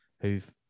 who've